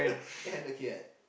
eight hundred k right